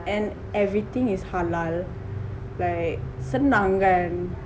and everything is halal like senang kan